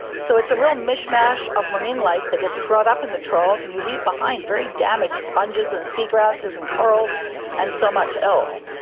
so it's a real mishmash of marine life that gets brought up in the trawls and you leave behind very damaged sponges and sea grasses and corals and so much else.